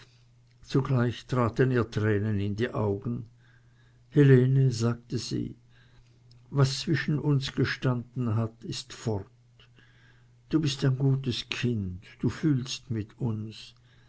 zugleich traten ihr tränen in die augen helene sagte sie was zwischen uns gestanden hat ist fort du bist ein gutes kind du fühlst mit uns